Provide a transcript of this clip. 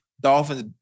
Dolphins